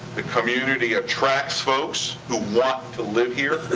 the community attracts folks who want to live here,